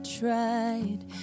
tried